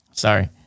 Sorry